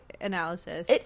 analysis